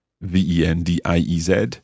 V-E-N-D-I-E-Z